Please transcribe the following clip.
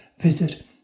visit